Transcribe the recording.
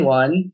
one